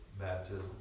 baptism